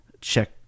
check